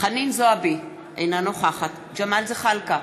חנין זועבי, אינה נוכחת ג'מאל זחאלקה,